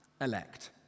elect